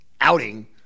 outing